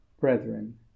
Brethren